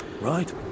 Right